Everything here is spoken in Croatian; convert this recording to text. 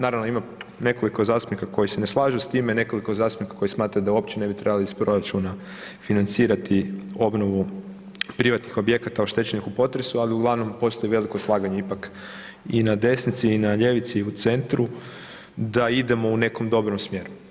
Naravno, ima nekoliko zastupnika koji se ne slažu s time, nekoliko zastupnika koji smatraju da uopće ne bi trebali iz proračuna financirati obnovu privatnih objekata oštećenih u potresu, ali uglavnom postoji veliko slaganje ipak i na desnici i na ljevici i u centru da idemo u nekom dobrom smjeru.